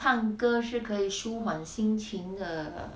唱歌是可以舒缓心情的